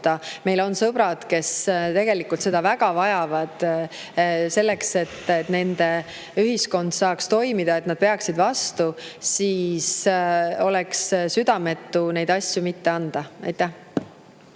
neid] sõpradele, kes neid väga vajavad selleks, et nende ühiskond saaks toimida, et nad peaksid vastu. Oleks südametu neid asju mitte anda. Aitäh!